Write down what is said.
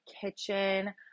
kitchen